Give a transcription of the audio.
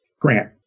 Grant